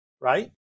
right